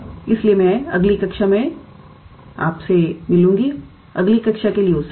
इसलिए मैं आपकी अगली कक्षा के लिए उत्सुक हूं